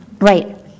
right